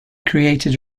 created